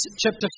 chapter